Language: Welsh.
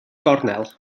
gornel